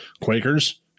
Quakers